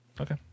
Okay